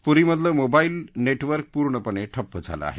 पुरीमधलं mobile network पूर्णपणे ठप्प झालं आहे